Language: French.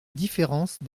différence